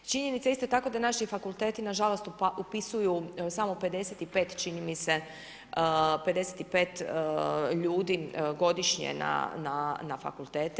Činjenica je isto tako da naši fakulteti nažalost upisuju samo 55 čini mi se, 55 ljudi godišnje na fakultete.